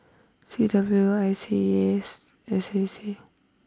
C W O I S E A S and S A C